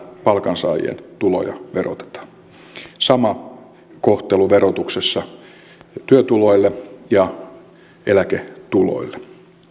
palkansaajien tuloja verotetaan sama kohtelu verotuksessa työtuloille ja eläketuloille